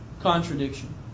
contradiction